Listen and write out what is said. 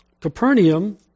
Capernaum